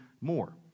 more